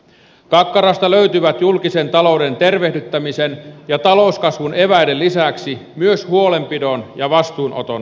kakkarasta löytyvät julkisen talouden tervehdyttämisen ja talouskasvun eväiden lisäksi myös huolenpidon ja vastuunoton näkökulmat